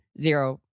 zero